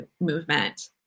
movement